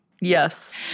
Yes